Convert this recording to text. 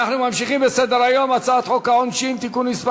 אנחנו ממשיכים בסדר-היום: הצעת חוק העונשין (תיקון מס'